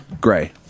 Gray